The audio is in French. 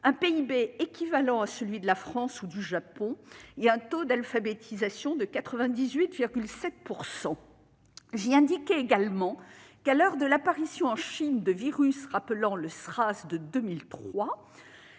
un PIB équivalent à celui de la France ou du Japon et un taux d'alphabétisation de 98,7 %. J'y indiquais également qu'à l'heure de l'apparition en Chine de virus rappelant le SRAS de 2003-